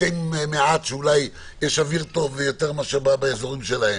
מתי מעט שאולי יש אוויר טוב יותר מאשר באזורים שלהם.